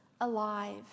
alive